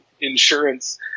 insurance